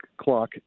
clock